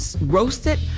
roasted